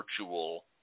virtual